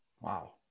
Wow